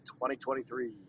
2023